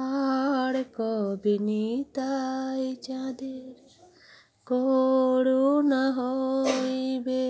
আর কবে নিতাই চাঁদের করুনা হইবে